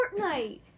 Fortnite